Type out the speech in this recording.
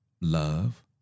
Love